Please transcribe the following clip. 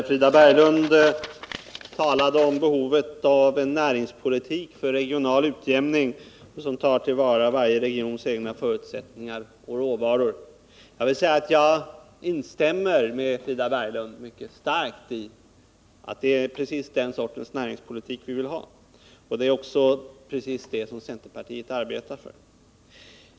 Frida Berglund talade om behovet av en näringspolitik för regional utjämning, där man tar till vara varje regions egna förutsättningar och råvaror. Jag instämmer mycket starkt med Frida Berglund att det är den sortens näringspolitik vi skall ha. Det är också precis vad centerpartiet arbetar för.